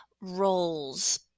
roles